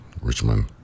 Richmond